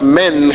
men